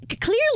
clearly